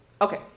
Okay